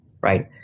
right